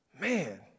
Man